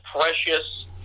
precious